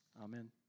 Amen